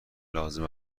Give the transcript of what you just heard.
لازم